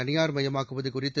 தனியார்மயமாக்குவது குறித்து